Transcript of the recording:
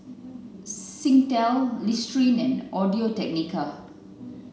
Singtel Listerine and Audio Technica